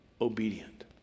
obedient